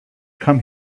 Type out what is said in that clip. come